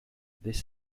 this